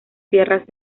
tierras